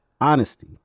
honesty